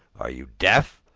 are you deaf?